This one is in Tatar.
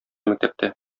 мәктәптә